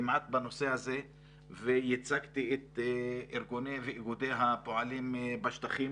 כמעט בנושא הזה וייצגתי את ארגוני ואיגודי הפועלים בשטחים